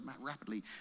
rapidly